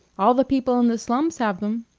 all the people in the slums have them,